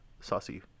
saucy